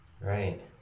Right